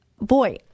Boy